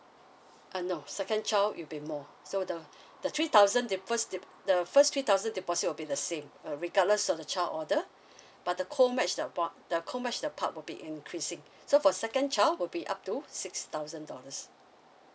uh no second child it will be more so the the three thousand they first dep~ the first three thousand deposit will be the same uh regardless of the child order but the co match that part the co match their part would be increasing so for second child would be up to six thousand dollars